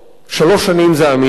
שלוש שנים זה המינימום,